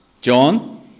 John